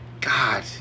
God